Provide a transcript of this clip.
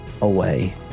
away